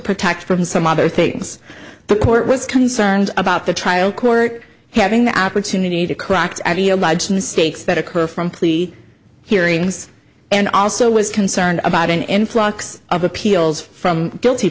protect from some other things the court was concerned about the trial court having the opportunity to cracked mistakes that occur from plea hearings and also was concerned about an influx of appeals from